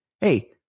hey